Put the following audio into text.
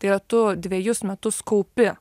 tai yra tu dvejus metus kaupi